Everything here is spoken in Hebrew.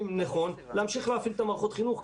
נכון להמשיך להפעיל את מערכות חינוך,